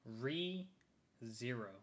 Re-Zero